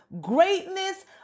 greatness